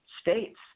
states